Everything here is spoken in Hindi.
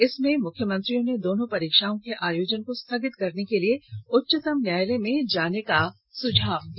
इसमें मुख्यमॅत्रियों ने दोनों परीक्षाओं के आयोजन को स्थगित करने के लिए उच्चतम न्यायालय में जाने का सुझाव दिया